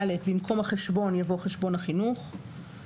(ד)במקום "החשבון" יבוא "חשבון החינוך";